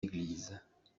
églises